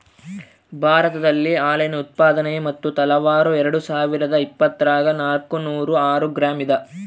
ಭಾರತದಲ್ಲಿ ಹಾಲಿನ ಉತ್ಪಾದನೆ ಮತ್ತು ತಲಾವಾರು ಎರೆಡುಸಾವಿರಾದ ಇಪ್ಪತ್ತರಾಗ ನಾಲ್ಕುನೂರ ಆರು ಗ್ರಾಂ ಇದ